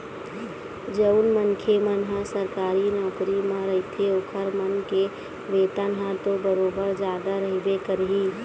जउन मनखे मन ह सरकारी नौकरी म रहिथे ओखर मन के वेतन ह तो बरोबर जादा रहिबे करही